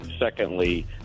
Secondly